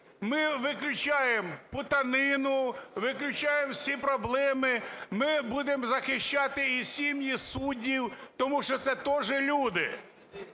Ми виключаємо плутанину, виключаємо всі проблеми, ми будемо захищати і сім'ї суддів, тому що це теж люди,